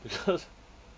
because